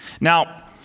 Now